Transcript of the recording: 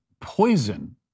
poison